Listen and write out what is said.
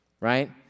right